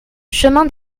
chemin